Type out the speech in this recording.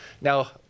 Now